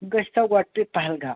گٔژھۍ تو گۄڈٕ تُہۍ پہلگام